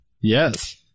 Yes